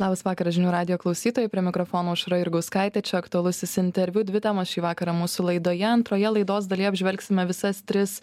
labas vakaras žinių radijo klausytojai prie mikrofono aušra jurgauskaitė čia aktualusis interviu dvi temos šį vakarą mūsų laidoje antroje laidos dalyje apžvelgsime visas tris